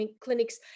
clinics